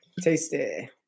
tasty